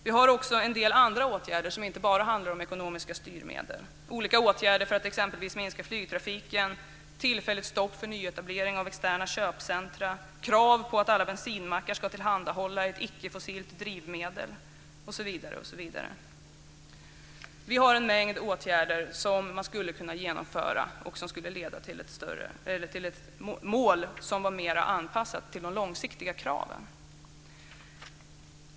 Vi har också en del andra åtgärder som inte bara handlar om ekonomiska styrmedel - olika åtgärder för att exempelvis minska flygtrafiken, tillfälligt stopp för nyetablering av externa köpcentrum, krav på att alla bensinmackar ska tillhandahålla ett ickefossilt drivmedel osv. Vi har en mängd åtgärder som man skulle kunna genomföra och som skulle leda till ett mål som var mer anpassat till de långsiktiga kraven.